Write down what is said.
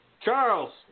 Charles